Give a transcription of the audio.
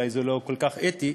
אולי זה לא כל כך אתי,